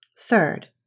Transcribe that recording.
Third